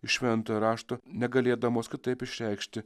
iš šventojo rašto negalėdamos kitaip išreikšti